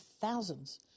thousands